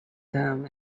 down